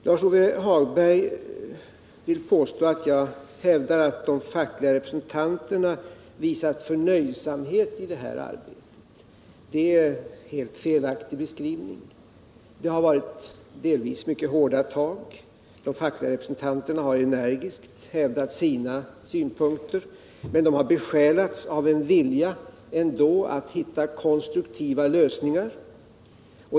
Lars-Ove Hagberg påstår att jag hävdar att de fackliga representanterna har visat förnöjsamhet i detta arbete. Det är en helt felaktig beskrivning. Det har delvis varit mycket hårda tag. De fackliga representanterna har energiskt hävdat sina synpunkter. Men de har ändå besjälats av en vilja att hitta konstruktiva lösningar.